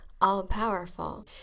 all-powerful